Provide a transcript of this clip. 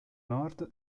nord